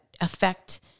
affect